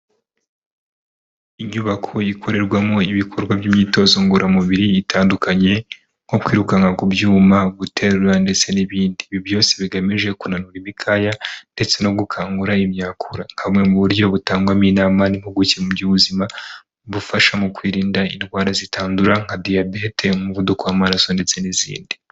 Inyubako ikorerwamo ibikorwa by'imyitozo ngororamubiri itandukanye, nko kwirukanka ku byuma, guterura ndetse n'ibindi. Ibi byose bigamije kunanura ibikaya ndetse no gukangura imyakura, nka bumwe mu buryo butangwamo inama n'impuguke mu by'ubuzima bufasha mu kwirinda indwara zitandura, nka Diyabete, umuvuduko w'amaraso ndetse n'izindi.